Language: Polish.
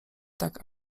tak